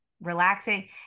relaxing